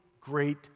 great